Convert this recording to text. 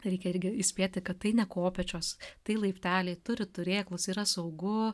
reikia irgi įspėti kad tai ne kopėčios tai laipteliai turi turėklus yra saugu